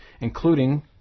including